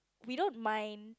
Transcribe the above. we don't mind